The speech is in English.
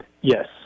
Yes